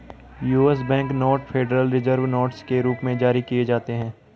US bank note federal reserve notes के रूप में जारी किए जाते हैं